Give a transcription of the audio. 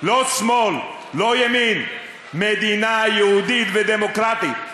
לא שמאל, לא ימין, מדינה יהודית ודמוקרטית,